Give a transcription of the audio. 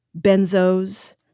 benzos